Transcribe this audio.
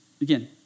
again